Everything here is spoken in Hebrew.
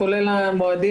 כולל המועדים,